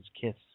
kiss